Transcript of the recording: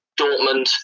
Dortmund